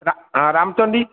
ହଁ ରାମଚଣ୍ଡୀ